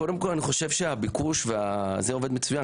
קודם כל אני חושב שהביקוש וזה עובד מצוין.